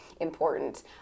important